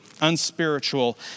unspiritual